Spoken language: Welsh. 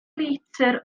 litr